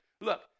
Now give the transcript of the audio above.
Look